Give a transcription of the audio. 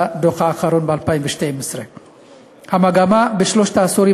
לדוח האחרון על 2012. המגמה בשלושת העשורים